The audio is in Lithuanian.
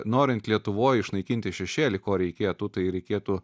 norint lietuvoj išnaikinti šešėlį ko reikėtų tai reikėtų